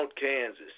Kansas